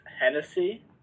Hennessy